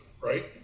right